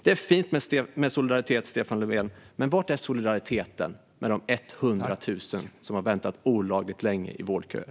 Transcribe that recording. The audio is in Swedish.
Det är fint med solidaritet, Stefan Löfven, men var är solidariteten med de 100 000 som har väntat olagligt länge i vårdköer?